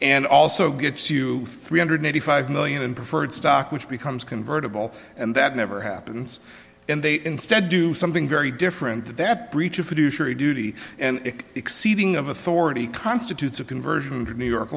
and also gets you three hundred eighty five million in preferred stock which becomes convertible and that never happens and they instead do something very different that breach of fiduciary duty and exceeding of authority constitutes a conversion to new york